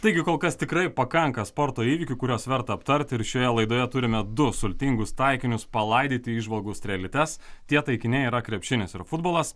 taigi kol kas tikrai pakanka sporto įvykių kuriuos verta aptart ir šioje laidoje turime du sultingus taikinius palaidyti įžvalgų strėlytes tie taikiniai yra krepšinis ir futbolas